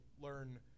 learn